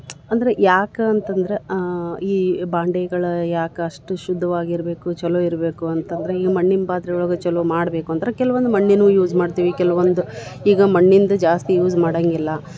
ಅಂದರೆ ಯಾಕೆ ಅಂತಂದ್ರೆ ಈ ಬಾಂಡೆಗಳು ಯಾಕೆ ಅಷ್ಟು ಶುದ್ಧವಾಗಿರ್ಬೇಕು ಅಂತಂದ್ರೆ ಈಗ ಮಣ್ಣಿನ ಪಾತ್ರೆ ಒಳಗೆ ಚಲೊ ಮಾಡಬೇಕು ಅಂದ್ರೆ ಕೆಲ್ವೊಂದು ಮಣ್ಣಿನವು ಯೂಸ್ ಮಾಡ್ತೀವಿ ಕೆಲ್ವೊಂದು ಈಗ ಮಣ್ಣಿಂದು ಜಾಸ್ತಿ ಯೂಸ್ ಮಾಡೋಂಗಿಲ್ಲ